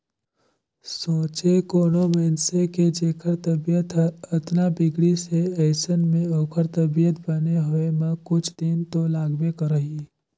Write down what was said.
सोंचे कोनो मइनसे के जेखर तबीयत हर अतना बिगड़िस हे अइसन में ओखर तबीयत बने होए म कुछ दिन तो लागबे करही